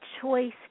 choice